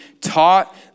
taught